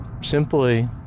simply